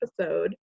episode